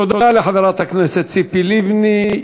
תודה לחברת הכנסת ציפי לבני.